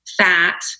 fat